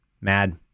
mad